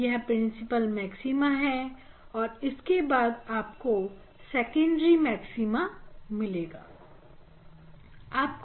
यह principal maxima है और इसके बाद आपको सेकेंड्री मैक्सिमा मिलेंगे